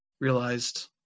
realized